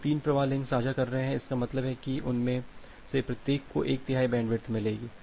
तो 3 प्रवाह लिंक साझा कर रहे हैं इसका मतलब है कि उनमें से प्रत्येक को एक तिहाई बैंडविड्थ मिलेगी